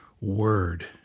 word